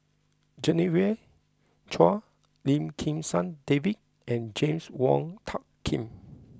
Genevieve Chua Lim Kim San David and James Wong Tuck Yim